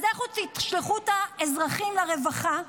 אז לכו תשלחו את האזרחים לרווחה,